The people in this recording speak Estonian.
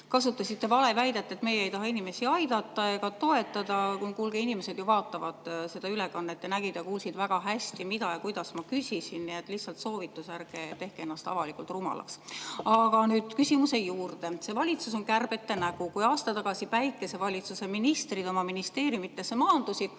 kasutasite valeväidet, et meie ei taha inimesi aidata ega toetada. Kuulge, inimesed ju vaatavad seda ülekannet, nad nägid ja kuulsid väga hästi, mida ja kuidas ma küsisin. Nii et lihtsalt soovitus: ärge tehke ennast avalikult rumalaks. Aga nüüd küsimuse juurde. See valitsus on kärbete nägu. Kui aasta tagasi päikesevalitsuse ministrid oma ministeeriumidesse maandusid,